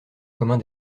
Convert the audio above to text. commun